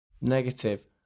Negative